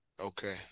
Okay